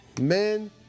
men